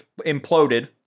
imploded